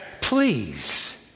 Please